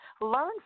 learn